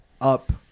up